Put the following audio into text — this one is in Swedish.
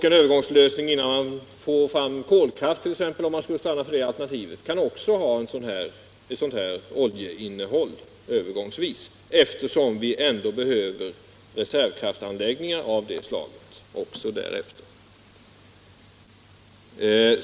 En övergångslösning innan man får fram t.ex. kolkraft, om man skulle stanna för det alternativet, kan också vara baserad på olja, eftersom vi ändå behöver reservkraftsanläggningar av detta slag också fortsättningsvis.